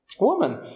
Woman